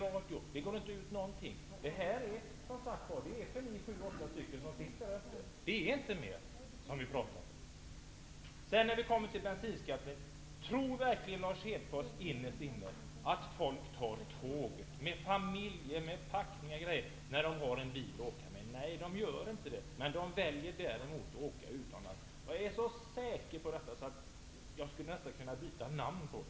Men det finns inte någon som bevakar debatterna. Ingenting går ut i TV och radio. Det är inte mer än sju åtta människor som sitter på läktaren. Tror Lars Hedfors verkligen innerst inne att människor tar tåget med familj, packning, osv. när de har en bil att åka med? Nej, de gör inte det. De väljer däremot att åka utomlands. Jag är helt säker på det.